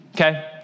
okay